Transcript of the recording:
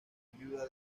ayuda